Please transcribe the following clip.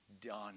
done